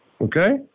Okay